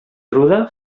ruda